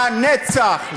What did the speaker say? לנצח,